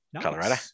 Colorado